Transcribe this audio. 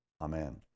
Amen